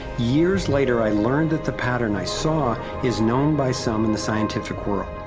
years later i learned that the pattern i saw is known by some in the scientific world.